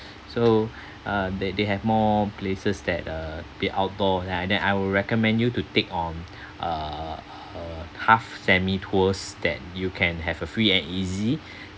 so uh they they have more places that uh the outdoor and then I would recommend you to take on err uh half semi tours that you can have a free and easy